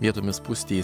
vietomis pustys